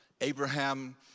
Abraham